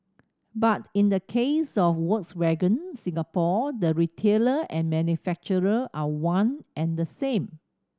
but in the case of Volkswagen Singapore the retailer and manufacturer are one and the same